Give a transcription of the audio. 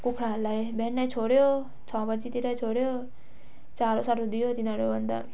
कुखुराहरूलाई बिहानै छोड्यो छ बजीतिरै छोड्यो चारो सारो दियो तिनीहरू अन्त